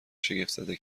شگفتزده